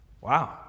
wow